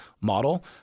model